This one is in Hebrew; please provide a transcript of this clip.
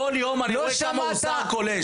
בינתיים כל יום אני רואה כמה הוא שר כושל.